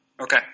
Okay